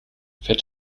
fett